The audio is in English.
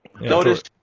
Notice